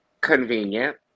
convenient